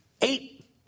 eight